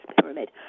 pyramid